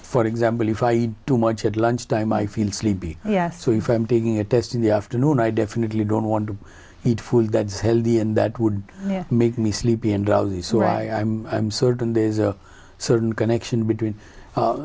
for example if i eat too much at lunchtime i feel sleepy yeah so if i'm taking a test in the afternoon i definitely don't want to eat food that is healthy and that would make me sleepy and i'm certain there's a certain connection between